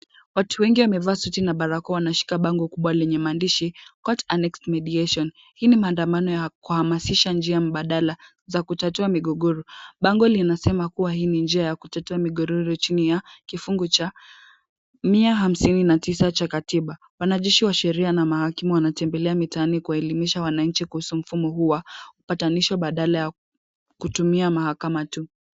Watu wengi wamevaa suti na barakoa na shika bango kubwa lenye maandishi, "cort anext mediation" hii ni maandamano ya kuamasisha njia mbadala, za kutatua migogoro, bango linasema kuwa hii ni njia ya kutatua migogoro chini ya kifungu cha mia hamsini na tisa cha katiba. Wanajeshi washiria na mahakimu wanatembelea mitaani kuelimisha wanaeche kuhusu mfumo huu, kupatanishwa badala ya kutumia mahakamato.